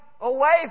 away